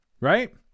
right